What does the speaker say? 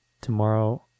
tomorrow